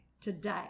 today